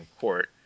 Court